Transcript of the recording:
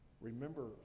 Remember